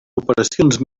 operacions